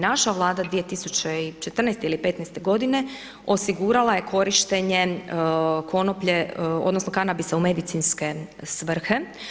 Naša vlada, 2014. ili '15. godine, osigurala je korištenjem konoplje, onda, kanabisa u medicinske svrhe.